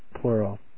plural